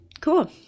Cool